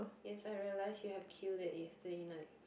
yes I realised you have queue it yesterday night